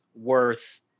worth